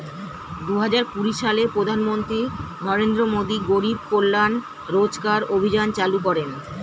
দুহাজার কুড়ি সালে প্রধানমন্ত্রী নরেন্দ্র মোদী গরিব কল্যাণ রোজগার অভিযান চালু করেন